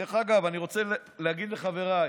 דרך אגב, אני רוצה להגיד לחבריי,